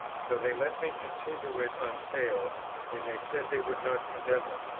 so they let me continue it on sale and they said they would not condemn it.